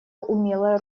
умелое